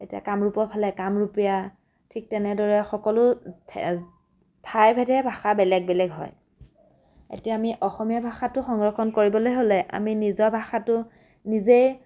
এতিয়া কামৰূপৰ ফালে কামৰূপীয়া ঠিক তেনেদৰে সকলো ঠে ঠাইভেদেহে ভাষা বেলেগ বেলেগ হয় এতিয়া আমি অসমীয়া ভাষাটো সংৰক্ষণ কৰিবলৈ হ'লে আমি নিজৰ ভাষাটো নিজে